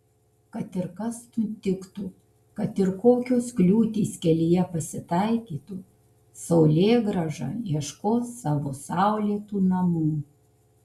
kad ir kas nutiktų kad ir kokios kliūtys kelyje pasitaikytų saulėgrąža ieškos savo saulėtų namų